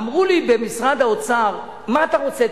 אמרו במשרד האוצר: מה אתה רוצה,